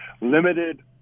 limited